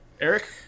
Eric